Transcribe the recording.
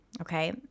okay